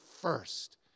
first